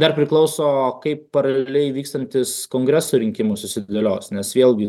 dar priklauso kaip paraleliai vykstantys kongreso rinkimai susidėlios nes vėlgi